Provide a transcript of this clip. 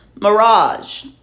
Mirage